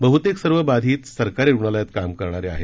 बह्तेक सर्व बाधित सरकारी रुग्णालयात काम करणारे आहेत